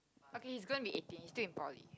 okay he's going be eighteen he's still in poly